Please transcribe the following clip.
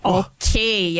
okay